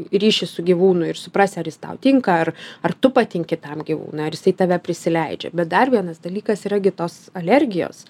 ryšį su gyvūnu ir suprasi ar jis tau tinka ar ar tu patinki tam gyvūnui ar jisai tave prisileidžia bet dar vienas dalykas yra gi tos alergijos